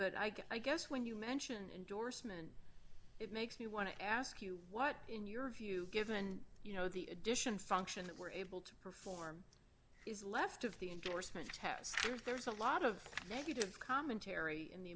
but i guess when you mention indorsement it makes me want to ask you what in your view given you know the addition function that we're able to perform is left of the endorsement house there's a lot of negative commentary in the